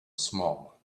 small